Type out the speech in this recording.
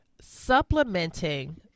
supplementing